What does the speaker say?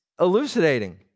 elucidating